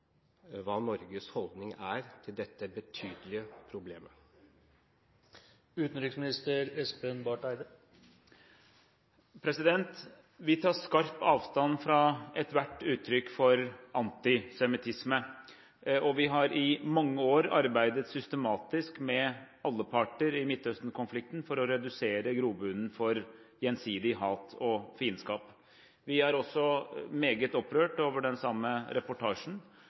hva Norges holdning er til dette betydelige problemet. Vi tar skarp avstand fra ethvert uttrykk for antisemittisme, og vi har i mange år arbeidet systematisk med alle parter i Midtøsten-konflikten for å redusere grobunnen for gjensidig hat og fiendskap. Også vi er meget opprørt over den samme reportasjen,